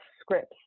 scripts